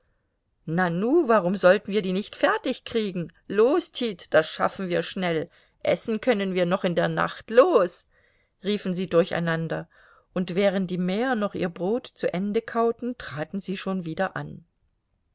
nanu warum sollten wir die nicht fertigkriegen los tit das schaffen wir schnell essen können wir noch in der nacht los riefen sie durcheinander und während die mäher noch ihr brot zu ende kauten traten sie schon wieder an